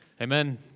Amen